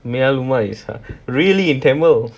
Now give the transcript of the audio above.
மெய்யாலுமா:meyyaalumaa is err really in tamil